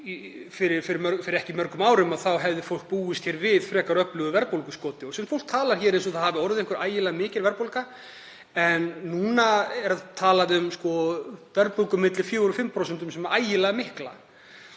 fyrir ekki mörgum árum hefði fólk búist við frekar öflugu verðbólguskoti. Sumt fólk talar hér eins og það hafi orðið einhver ægilega mikil verðbólga. En núna er talað um 4–5% verðbólgu sem ægilega mikla,